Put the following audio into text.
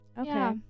Okay